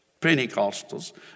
Pentecostals